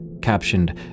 captioned